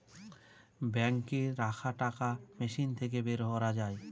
বাঙ্কে রাখা টাকা মেশিন থাকে বের করা যায়